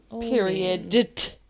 Period